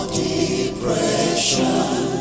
depression